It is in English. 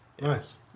Nice